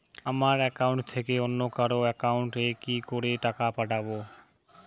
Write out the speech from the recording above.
আমার একাউন্ট থেকে অন্য কারো একাউন্ট এ কি করে টাকা পাঠাবো?